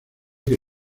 que